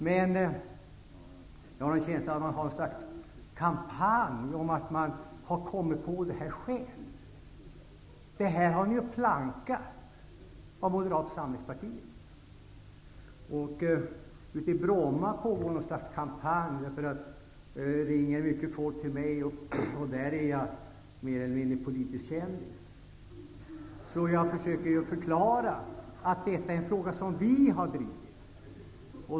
Men jag har en känsla av att man för någon slags kampanj om att man har kommit på det här själv. Men det här förslaget har ni ju plankat av Moderata samlingspartiet. Ute i Bromma pågår någon slags kampanj, för många människor ringer till mig. Där är jag mer eller mindre politisk kändis, så jag försöker ju förklara att detta är en fråga som vi har drivit.